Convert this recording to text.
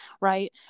right